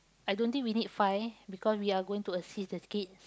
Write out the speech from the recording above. I don't think we need five because we are going to assist the kids